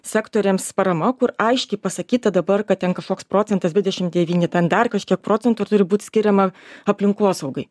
sektoriams parama kur aiškiai pasakyta dabar kad ten kažkoks procentas dvidešimt devyni ten dar kažkiek procentų turi būt skiriama aplinkosaugai